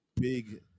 big